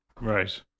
right